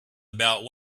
about